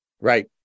Right